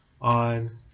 on